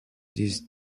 these